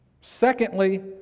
Secondly